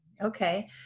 okay